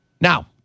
Now